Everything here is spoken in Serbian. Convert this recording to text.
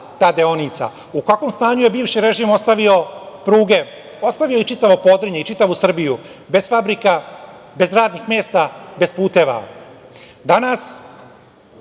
ta deonica? U kakvom stanju je bivši režim ostavio pruge? Ostavio je čitavo Podrinje i čitavu Srbiju bez fabrika, bez radnih mesta, bez puteva. Danas,